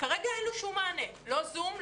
כרגע אין לו שום מענה, גם לא זום.